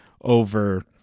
over